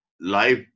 life